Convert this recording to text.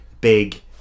big